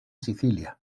sicilia